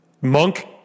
Monk